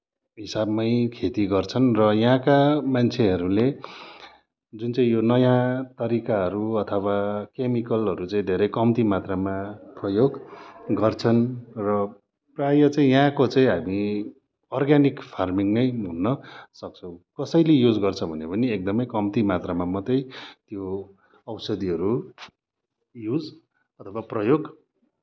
हिसाबमै खेती गर्छन् र यहाँका मान्छेहरूले जुन चाहिँ यो नयाँ तरिकाहरू अथवा केमिकलहरू चाहिँ धेरै कम्ती मात्रामा प्रयोग गर्छन् र प्रायः चाहिँ यहाँको चाहिँ हामी अर्ग्यानिक फार्मिङ नै भन्नसक्छौँ कसैले युज गर्छ भने पनि एकदमै कम्ती मात्रामा मात्रै त्यो औषधीहरू युज अथवा प्रयोग